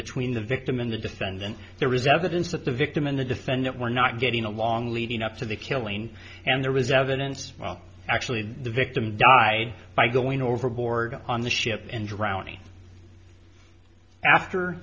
between the victim and the defendant there was evidence that the victim in the defendant were not getting along leading up to the killing and there was evidence well actually the victim died by going overboard on the ship and drowning after